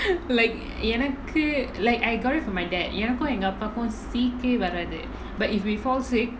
like எனக்கு:enakku like I got from my dad எனக்கு என் அப்பாக்கு:enakku en appakku sick கே வராது:kae varaathu but if we fall sick